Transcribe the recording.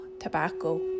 tobacco